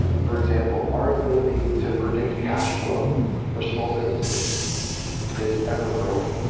for example, our ability to predict cash flow for small businesses is ever-growing.